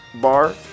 bar